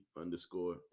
underscore